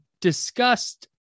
discussed